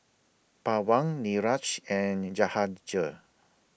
Pawan Niraj and Jahangir